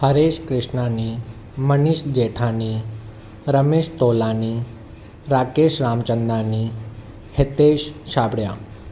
Haresh Krishnani Manish Jethani Ramesh Tolani Rakesh Ramchandani Hitesh Chhabria